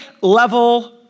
level